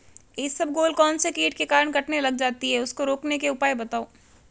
इसबगोल कौनसे कीट के कारण कटने लग जाती है उसको रोकने के उपाय बताओ?